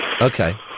Okay